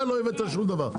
אתה לא הבאת לי שום דבר.